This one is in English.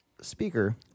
speaker